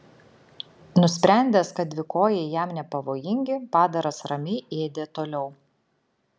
nusprendęs kad dvikojai jam nepavojingi padaras ramiai ėdė toliau